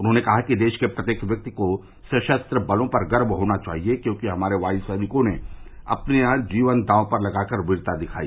उन्होंने कहा कि देश के प्रत्येक व्यक्ति को सशस्त्र बलों पर गर्व होना चाहिए क्योंकि हमारे वाय् सैनिकों ने अपनी जान दांव पर लगाकर वीरता दिखाई